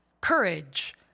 courage